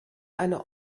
eine